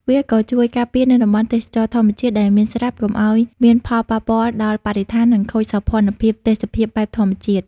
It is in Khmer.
វាក៏ជួយការពារនៅតំបន់ទេសចរណ៍ធម្មជាតិដែលមានស្រាប់កុំឲ្យមានផលប៉ពាល់ដល់បរិស្ថាននិងខូចសោភ័ណភាពទេសភាពបែបធម្មជាតិ។